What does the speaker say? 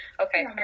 Okay